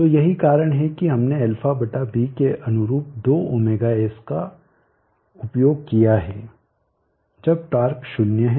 तो यही कारण है कि हमने αβ के अनुरूप 2ωs का उपयोग किया है जब टार्क 0 है